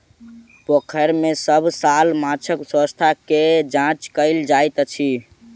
पोखैर में सभ साल माँछक स्वास्थ्य के जांच कएल जाइत अछि